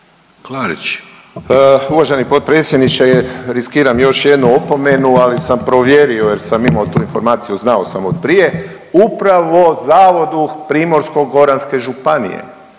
(HDZ)** Uvaženi potpredsjedniče riskiram još jednu opomenu, ali sam provjerio jer sam imao tu informaciju, znao sam od prije, upravo Zavodu Primorsko-goranske županije,